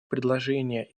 предложения